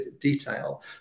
detail